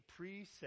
preset